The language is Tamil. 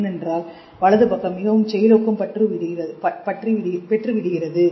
ஏனென்றால் வலது பக்கம் மிகவும் செயலூக்கம் பெற்று விடுகிறது